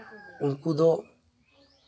ᱩᱱᱠᱩ ᱫᱚ